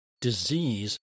disease